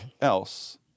else